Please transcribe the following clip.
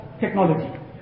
technology